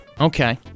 Okay